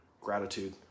gratitude